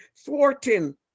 thwarting